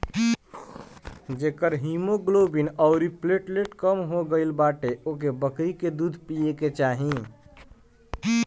जेकर हिमोग्लोबिन अउरी प्लेटलेट कम हो गईल बाटे ओके बकरी के दूध पिए के चाही